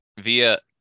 via